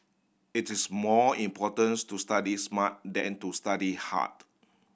it is more importance to study smart than to study hard